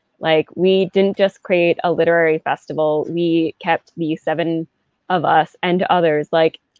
like we didn't just create a literary festival we kept the seven of us and others like